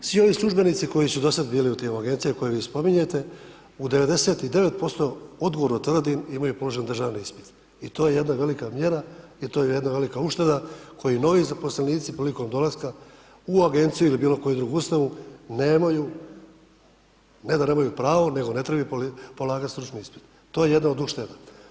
Svi ovi službenici koji su dosad bili u tijelu Agencije koju vi spominjete, u 99%, odgovorno tvrdim, imaju položen državni ispit i to je jedna velika mjera i to je jedna velika ušteda koju novi zaposlenici prilikom dolaska u Agenciju ili bilo koju drugu ustanovu, nemaju, ne da nemaju pravo, nego ne trebaju polagati stručni ispit, to je jedna od ušteda.